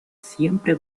siempre